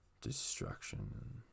destruction